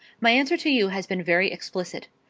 my answer to you has been very explicit.